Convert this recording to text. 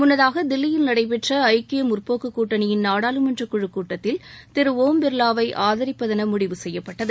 முன்னதாக தில்லியில் நடைபெற்ற ஐக்கிய முற்போக்குக் கூட்டணியின் நாடாளுமன்ற குழுக் கூட்டத்தில் திரு ஓம் பிர்லாவை ஆதரிப்பதென முடிவு செய்யப்பட்டது